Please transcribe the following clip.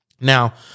Now